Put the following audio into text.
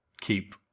keep